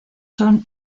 son